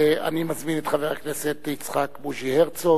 ואני מזמין את חבר הכנסת יצחק בוז'י הרצוג.